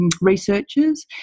Researchers